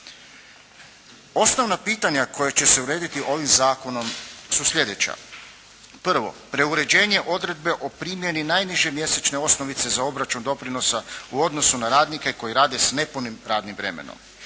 Osnovna pitanja koja će se urediti ovim zakonom su sljedeća. Prvo, preuređenje odredbe o primjeni najniže mjesečne osnovice za obračun doprinosa u odnosu na radnike koji rade s nepunim radnim vremenom.